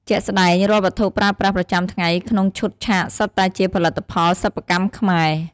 ជាក់ស្ដែង រាល់ វត្ថុប្រើប្រាស់ប្រចាំថ្ងៃក្នុងឈុតឆាកសុទ្ធតែជាផលិតផលសិប្បកម្មខ្មែរ។